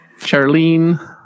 Charlene